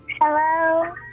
Hello